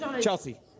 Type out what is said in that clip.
Chelsea